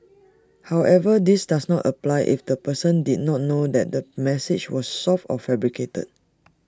however this does not apply if the person did not know that the message was false or fabricated